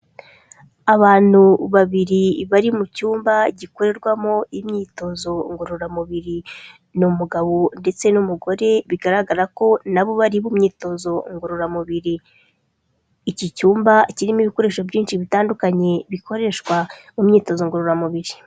Abantu babiri bari mu cyumba gikorerwamo imyitozo ngororamubiri, ni umugabo ndetse n'umugore bigaragara ko na bo bari mu myitozo ngororamubiri, iki cyumba kirimo ibikoresho byinshi bitandukanye bikoreshwa mu myitozo ngororamubiri.